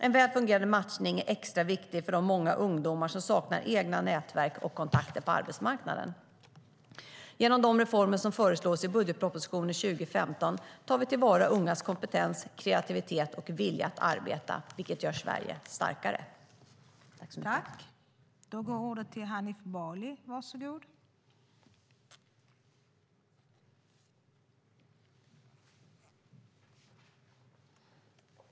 En väl fungerande matchning är extra viktig för de många ungdomar som saknar egna nätverk och kontakter på arbetsmarknaden. Då Jenny Petersson, som framställt en av interpellationerna, på grund av ledighet från uppdraget som riksdagsledamot ej var närvarande vid sammanträdet medgav tredje vice talmannen att Hanif Bali i stället fick delta i överläggningen.